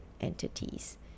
entities